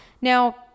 Now